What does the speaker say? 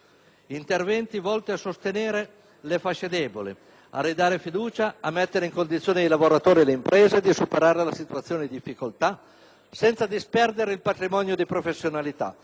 interventi volti a sostenere le fasce deboli, a ridare fiducia, a mettere i lavoratori e le imprese in condizione di superare la situazione di difficoltà senza disperdere il patrimonio di professionalità